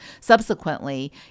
subsequently